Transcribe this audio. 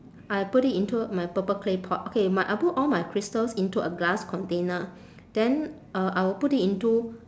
I put it into my purple clay pot okay my I put all my crystals into a glass container then uh I will put it into